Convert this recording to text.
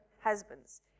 husbands